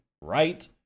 Right